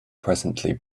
presently